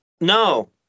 No